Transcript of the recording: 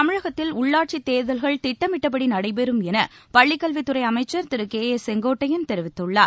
தமிழகத்தில் உள்ளாட்சித் தேர்தல்கள் திட்டமிட்டபடி நடைபெறும் என பள்ளிக்கல்வித்துறை அமைச்சர் திரு கே ஏ செங்கோட்டையன் தெரிவித்துள்ளார்